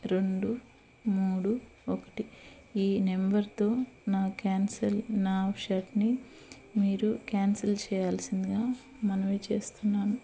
రెండు మూడు ఒకటి ఈ నెంబర్తో నా క్యాన్సిల్ నా షర్ట్ని మీరు క్యాన్సిల్ చేయాల్సిందిగా మనవి చేస్తున్నాను